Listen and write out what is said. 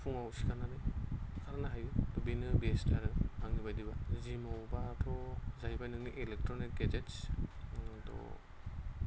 फुंआव सिखारनानै खारनो हायो थ' बेनो बेस्ट आरो आंनि बायदिबा जिमावबाथ' जाहैबाय नोंनि इलेक्ट्र'निक्स गेजेदस त'